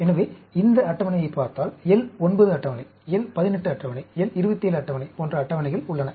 எனவே இந்த அட்டவணையைப் பார்த்தால் L 9 அட்டவணை L 18 அட்டவணை L 27 அட்டவணை போன்ற அட்டவணைகள் உள்ளன